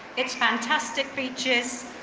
its fantastic features,